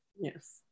Yes